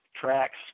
tracks